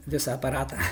visą aparatą